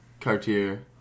Cartier